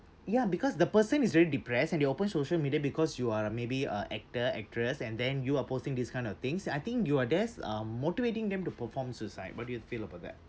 ya because the person is very depressed and they open social media because you are a maybe a actor actress and then you are posting these kind of things and I think you are there um motivating them to perform suicide what do you feel about that